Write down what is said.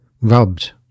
rubbed